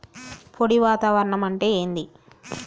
పొడి వాతావరణం అంటే ఏంది?